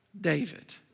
David